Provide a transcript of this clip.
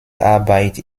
arbeit